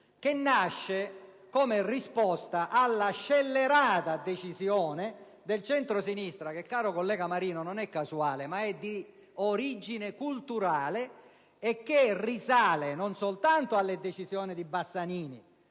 Esso nasce come risposta alla scellerata decisione del centrosinistra che, senatore Marino, non è casuale, ma di origine culturale. Essa risale non soltanto alle decisioni di Bassanini,